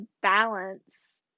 balance